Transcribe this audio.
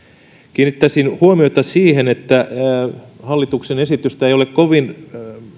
kiinnittäisin huomiota siihen että hallituksen esitystä ei ole kovin